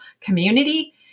community